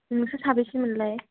नोंसोर साबेसे मोनलाय